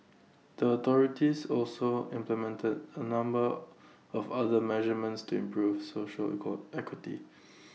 the authorities also implemented A number of other measurements to improve social equal equity